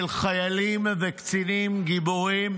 של חיילים וקצינים גיבורים,